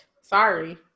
sorry